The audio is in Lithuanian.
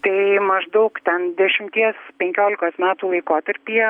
tai maždaug ten dešimties penkiolikos metų laikotarpyje